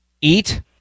eat